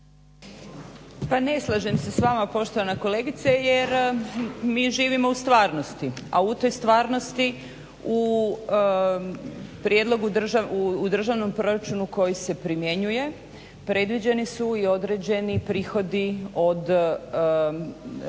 Pa ne slažem se s vama poštovana kolegice jer mi živimo u stvarnosti a u toj stvarnosti u Državnom proračunu koji se primjenjuje predviđeni su i određeni prihodi od posebnog